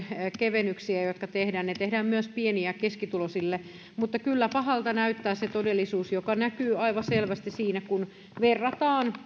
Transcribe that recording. kevennyksiä jotka tehdään ne tehdään myös pieni ja keskituloisille mutta kyllä pahalta näyttää se todellisuus joka näkyy aivan selvästi siinä kun verrataan